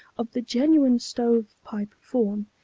of the genuine stove-pipe form,